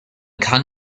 kann